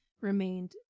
remained